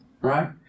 right